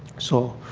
so